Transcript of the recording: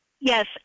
Yes